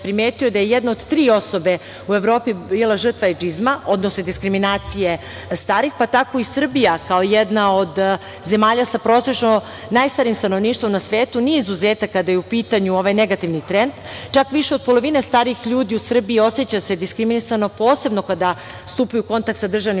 primetio da je jedna od tri osobe u Evropi bila žrtva ejdžizma, odnosno diskriminacije starih, pa je tako i Srbija, kao jedna od zemalja sa prosečno najstarijim stanovništvom na svetu nije izuzetak kada je u pitanju ovaj negativni trend. Čak više od polovine starijih ljudi u Srbiji oseća se diskriminisano, posebno kada stupaju u kontakt sa državnim